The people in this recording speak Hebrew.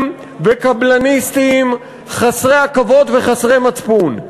וקבלניסטיים חסרי עכבות וחסרי מצפון.